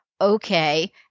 Okay